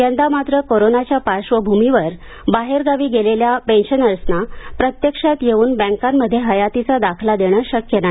यंदा मात्र कोरोनाच्या पार्श्वभूमीवर बाहेरगावी गेलेल्या पेन्शनर्सना प्रत्यक्षात येऊन बँकांमध्ये हयातीचा दाखला देणं शक्य नाही